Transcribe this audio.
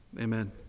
amen